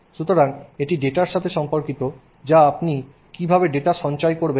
সুতরাং এটি ডেটার সাথে সম্পর্কিত যা আপনি কীভাবে ডেটা সঞ্চয় করবেন